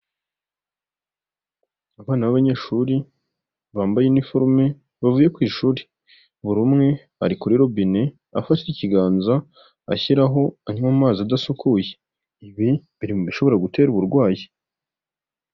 Abana b'abanyeshuri bambaye iniforume bavuye ku ishuri, buri umwe ari kuri robine afashe ikiganza ashyiraho anywa mu mazi adasukuye, ibi biri mu bishobora gutera uburwayi.